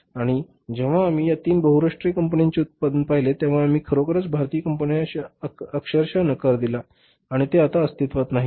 आणि जेव्हा आम्ही या तीन बहुराष्ट्रीय कंपन्यांचे उत्पादन पाहिले तेव्हा आम्ही खरोखरच भारतीय कंपन्यांना अक्षरशः नकार दिला आणि ते आता अस्तित्वात नाहीत